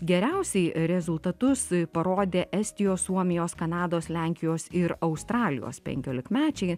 geriausiai rezultatus parodė estijos suomijos kanados lenkijos ir australijos penkiolikmečiai